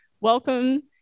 welcome